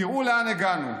תראו לאן הגענו.